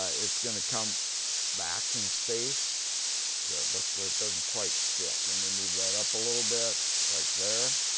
ah it's gonna come back in space. so look, it doesn't quite fit. let me move that up a little bit, like there.